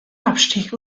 abstieg